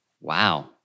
Wow